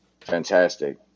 fantastic